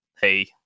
hey